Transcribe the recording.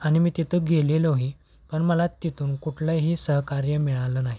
आणि मी तिथे गेलेलोही पण मला तेथून कुठलंही सहकार्य मिळालं नाही